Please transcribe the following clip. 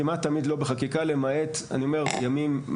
כמעט תמיד לא בחקיקה למעט ימים,